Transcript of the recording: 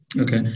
Okay